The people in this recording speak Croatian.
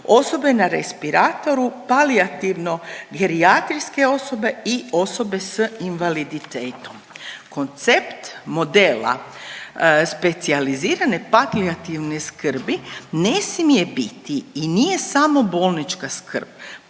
Osobe na respiratoru, palijativno gerijatrijske osobe i osobe s invaliditetom. Koncept modela specijalizirane palijativne skrbi ne smije biti i nije samo bolnička skrb